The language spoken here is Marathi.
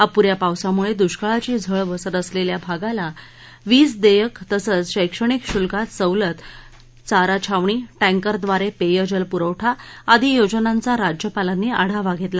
अप् या पावसामुळे दुष्काळाची झळ बसत असलेल्या भागाला वीज देयक तसंच शैक्षणिक शुल्कात सवलत चारा छावणी टैंकरद्वारे पेयजल पुरवठा आदी योजनांचा राज्यपालांनी आढावा घेतला